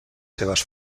seves